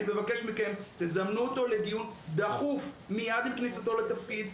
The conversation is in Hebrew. אני מבקש ממכם תזמנו אותו לדיון דחוף מיד עם כניסתו לתפקיד,